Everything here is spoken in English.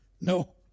no